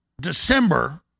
December